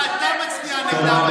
למה אתה מצביע נגדם?